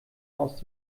aus